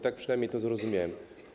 Tak przynajmniej to zrozumiałem.